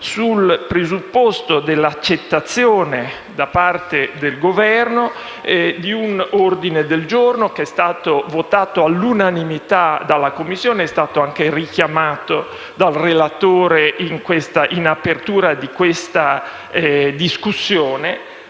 sul presupposto dell'accettazione da parte del Governo di un ordine del giorno che è stato votato all'unanimità dalla Commissione e che è stato richiamato dal relatore in apertura di questa discussione.